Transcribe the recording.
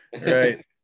right